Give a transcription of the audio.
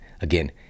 Again